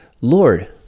Lord